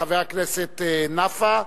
וכן חבר הכנסת נפאע,